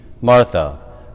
Martha